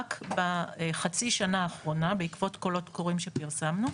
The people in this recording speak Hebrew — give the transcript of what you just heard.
רק בחצי שנה האחרונה בעקבות קולות קוראים שפרסמנו,